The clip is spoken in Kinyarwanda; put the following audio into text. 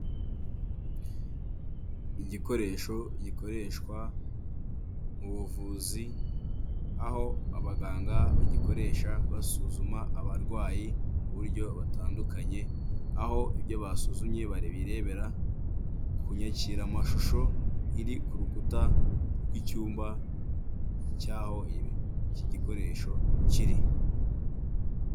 Igikoresho gikoreshwa mu buvuzi aho abaganga bagikoresha basuzuma abarwayi mu buryo batandukanye, aho ibyo basuzumye ba birebera kunyakira mashusho iri ku rukuta rw'icyumba cy'aho iki gikoresho kiri.